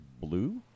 blue